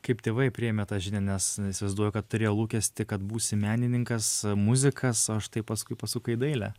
kaip tėvai priėmė tą žinią nes įsivaizduoju kad turėjo lūkestį kad būsi menininkas muzikas o štai paskui pasukai į dailę